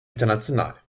international